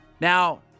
Now